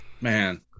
man